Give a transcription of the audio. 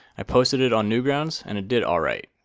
i posted it on newgrounds and it did alright.